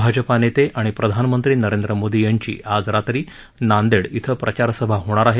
भाजपाचे नेते आणि प्रधानमंत्री नरेंद्र मोदी यांची आज रात्री नांदेड इथं प्रचारसभा होणार आहे